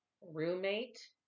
roommate